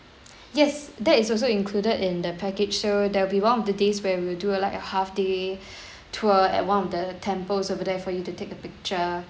yes that is also included in the package so there'll be one of the days where we'll do uh like a half day tour at one of the temples over there for you to take a picture